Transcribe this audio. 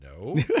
No